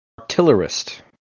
Artillerist